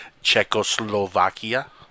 Czechoslovakia